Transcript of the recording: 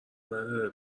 نداره